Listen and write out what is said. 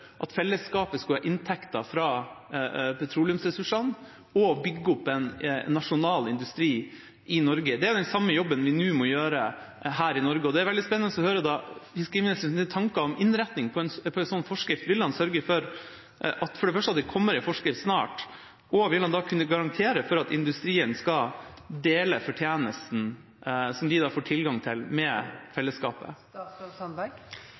at fellesskapet skulle ha inntekter fra petroleumsressursene og bygge opp en nasjonal industri i Norge. Det er den samme jobben vi nå må gjøre her i Norge. Da er det veldig spennende å høre fiskeriministerens tanker om innretningen på en sånn forskrift. Vil han for det første sørge for at det kommer en forskrift snart, og vil han da kunne garantere at industrien skal dele fortjenesten som de får tilgang til, med